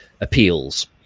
appeals